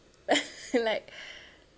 like